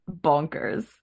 bonkers